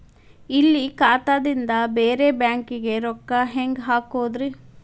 ಇಲ್ಲಿ ಖಾತಾದಿಂದ ಬೇರೆ ಬ್ಯಾಂಕಿಗೆ ರೊಕ್ಕ ಹೆಂಗ್ ಹಾಕೋದ್ರಿ?